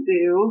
Zoo